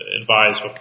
advised